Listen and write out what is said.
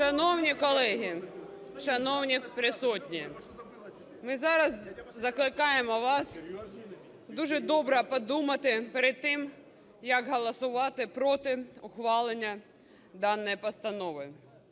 Шановні колеги, шановні присутні! Ми зараз закликаємо вас дуже добре подумати перед тим, як голосувати проти ухвалення даної постанови.